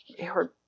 heard